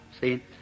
See